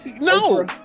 No